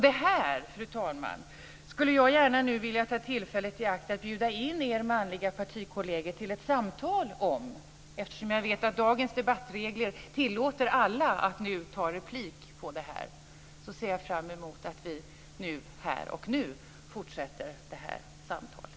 Det här, fru talman, skulle jag gärna vilja ta tillfället i akt och inbjuda in mina manliga partikolleger till ett samtal om. Eftersom jag vet att dagens debattregler tillåter alla att ta replik på anförandet, ser jag fram mot att vi här och nu fortsätter det här samtalet.